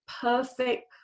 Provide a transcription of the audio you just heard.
perfect